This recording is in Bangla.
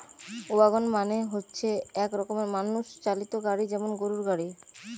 ওয়াগন মানে হচ্ছে এক রকমের মানুষ চালিত গাড়ি যেমন গরুর গাড়ি